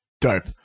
dope